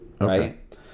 right